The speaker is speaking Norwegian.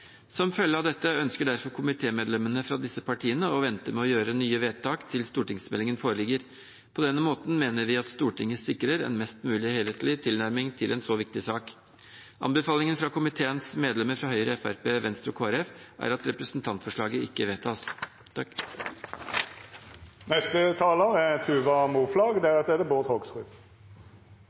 Som følge av dette ønsker komitémedlemmene fra disse partiene å vente med å gjøre nye vedtak til stortingsmeldingen foreligger. På denne måten mener vi at Stortinget sikrer en mest mulig helhetlig tilnærming til en så viktig sak. Anbefalingen fra komiteens medlemmer fra Høyre, Fremskrittspartiet, Venstre og Kristelig Folkeparti er at representantforslaget ikke vedtas. I dag er Arbeiderpartiet glad for å sette ernæring for eldre på den politiske dagsordenen. Vi er